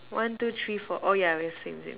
one two three four oh yeah we're same same